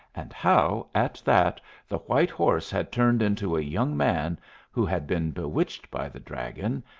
and how at that the white horse had turned into a young man who had been bewitched by the dragon,